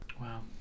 Wow